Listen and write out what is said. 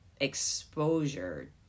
exposure